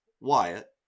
Wyatt